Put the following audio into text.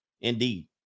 indeed